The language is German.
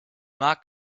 mag